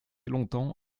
longtemps